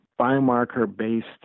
biomarker-based